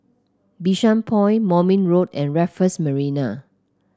Bishan Point Moulmein Road and Raffles Marina